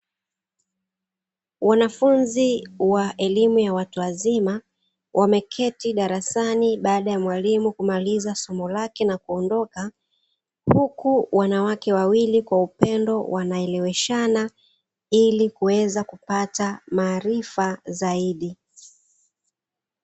Wanafunzi wa elimu ya watu wazima wameketi darasani baada ya mwalimu kumaliza somo lake na kuondoka. Huku wanawake wawili kwa upendo wanaeleweshana ili kuweza kupata maarifa zaidi.